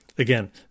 Again